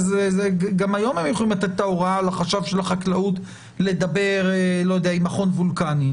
גם היום הם יכולים לתת את ההוראה לחשב של החקלאות לדבר עם מכון וולקני.